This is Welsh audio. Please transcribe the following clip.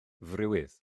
friwydd